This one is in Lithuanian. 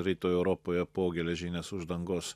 rytų europoje po geležinės uždangos